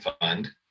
fund